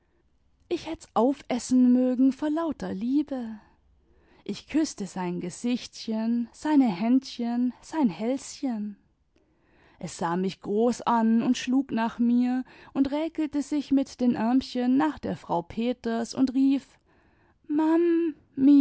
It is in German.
ich hätt's aufessen mögen vor lauter liebe ich küßte sein gesichtchen seine händchen sein hälschen es sah mich groß an und schlug nach mir und räkelte sich mit den ärmchen nach der frau peters und rief